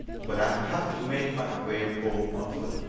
but i'd have to make my way home on foot,